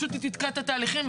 פשוט תתקע את התהליכים.